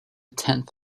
tenth